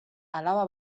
alaba